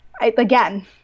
again